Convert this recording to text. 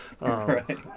Right